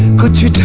could you